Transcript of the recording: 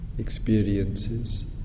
experiences